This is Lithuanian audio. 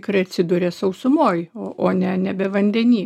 ikrai atsiduria sausumoj o ne nebe vandeny